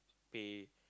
pay